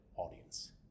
audience